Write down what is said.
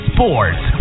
Sports